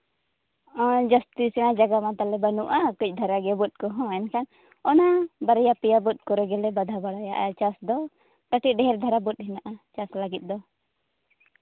ᱟᱨ ᱡᱟᱹᱥᱛᱤ ᱢᱟ ᱡᱟᱭᱜᱟ ᱢᱟ ᱛᱟᱞᱮ ᱵᱟᱹᱱᱩᱜᱼᱟ ᱠᱟᱹᱡ ᱫᱷᱟᱨᱟ ᱜᱮ ᱵᱟᱹᱫᱽ ᱠᱚᱦᱚᱸ ᱮᱱᱠᱷᱟᱱ ᱚᱱᱟ ᱵᱟᱨᱭᱟ ᱯᱮᱭᱟ ᱵᱟᱹᱫᱽ ᱠᱚᱨᱮ ᱜᱮᱞᱮ ᱵᱟᱫᱷᱟ ᱵᱟᱲᱟᱭᱟ ᱟᱨ ᱪᱟᱥ ᱫᱚ ᱠᱟᱹᱴᱤᱡ ᱰᱷᱮᱨ ᱫᱷᱟᱨᱟ ᱵᱟᱹᱫᱽ ᱢᱮᱱᱟᱜᱼᱟ ᱪᱟᱥ ᱞᱟᱹᱜᱤᱫ ᱫᱚ